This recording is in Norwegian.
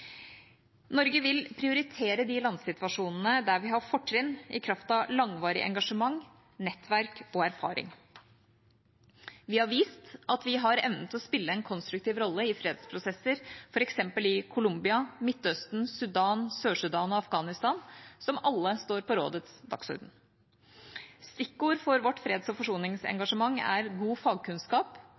Norge vil prioritere de landsituasjonene der vi har fortrinn i kraft av langvarig engasjement, nettverk og erfaring. Vi har vist at vi har evnen til å spille en konstruktiv rolle i fredsprosesser i eksempelvis Colombia, Midtøsten, Sudan, Sør-Sudan og Afghanistan – som alle står på rådets dagsorden. Stikkord for vårt freds- og forsoningsengasjement er god fagkunnskap,